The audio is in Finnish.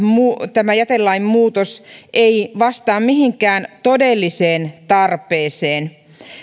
tämä jätelain muutos ei vastaa mihinkään todelliseen tarpeeseen